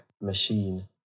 machine